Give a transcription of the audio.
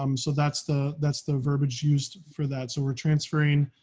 um so that's the that's the verbiage used for that. so we're transferring